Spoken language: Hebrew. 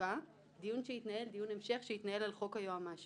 דמוקרטיות אחרות, התרבות והאמנות